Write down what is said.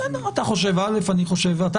בסדר, אתה חושב א', אני חושב ב'.